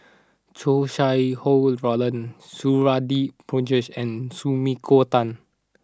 Chow Sau Hai Roland Suradi Parjo and Sumiko Tan